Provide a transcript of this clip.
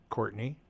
Courtney